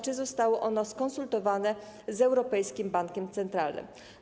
Czy zostało ono skonsultowane z Europejskim Bankiem Centralnym?